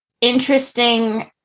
interesting